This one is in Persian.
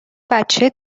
بچه